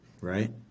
right